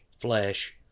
flesh